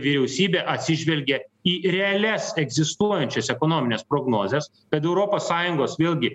vyriausybė atsižvelgė į realias egzistuojančias ekonomines prognozes kad europos sąjungos vėlgi